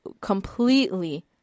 completely